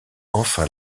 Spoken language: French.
enfin